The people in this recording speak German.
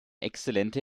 exzellente